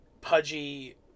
pudgy